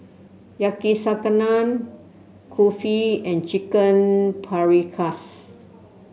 Yakizakana Kulfi and Chicken Paprikas